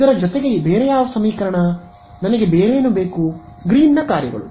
ಇದರ ಜೊತೆಗೆ ಯಾವ ಸಮೀಕರಣ ನನಗೆ ಬೇರೆ ಏನು ಬೇಕು ಗ್ರೀನ್ನ ಕಾರ್ಯಗಳು